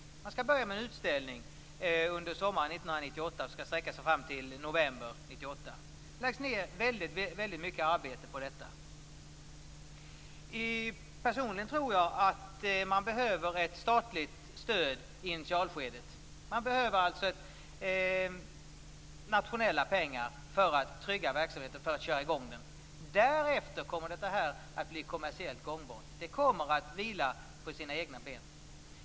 Man skall börja med en utställning under sommaren som skall sträcka sig fram till november 1998. Det läggs ned mycket arbete på detta. Personligen tror jag att man behöver ett statligt stöd, nationella pengar, i initialskedet för att köra i gång och trygga verksamheten. Därefter kommer museet att bli kommersiellt gångbart och stå på egna ben.